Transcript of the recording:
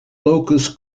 locus